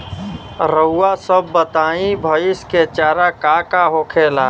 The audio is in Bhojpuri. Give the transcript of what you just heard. रउआ सभ बताई भईस क चारा का का होखेला?